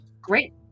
great